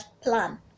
plan